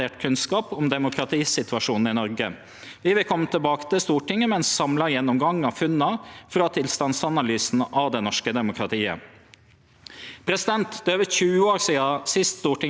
demokratiet. Det er over 20 år sidan sist Noreg fekk ei ny vallov. Dette er ein stor og viktig dag for demokratiet vårt. Eg vil takke komiteen for eit godt arbeid, og så ser eg fram til den vidare debatten. Kari